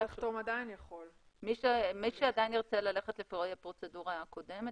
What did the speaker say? מי שעדיין ירצה ללכת לפרוצדורה קודמת,